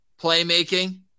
playmaking